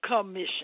commission